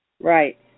Right